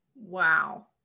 wow